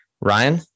Ryan